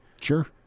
Sure